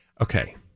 Okay